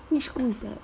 which school is that